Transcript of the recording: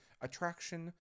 attraction